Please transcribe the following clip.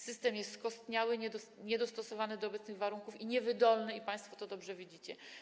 System jest skostniały, niedostosowany do obecnych warunków, niewydolny i państwo to dobrze widzicie.